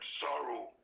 sorrow